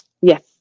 Yes